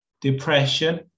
depression